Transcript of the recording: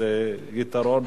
וזה יתרון,